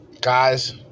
guys